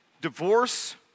Divorce